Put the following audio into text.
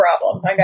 problem